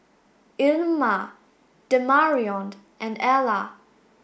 Ilma Demarion and Ella